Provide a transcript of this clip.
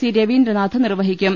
C Raveendranath നിർവഹിക്കും